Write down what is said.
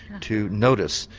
to notice,